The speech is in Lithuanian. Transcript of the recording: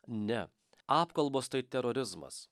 ne apkalbos tai terorizmas